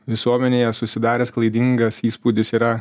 visuomenėje susidaręs klaidingas įspūdis yra